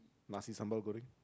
must be sambal goreng